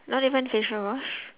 not even facial wash